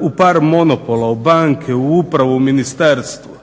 u par monopola, u banke, u upravu, u ministarstvo.